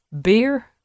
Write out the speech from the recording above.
Beer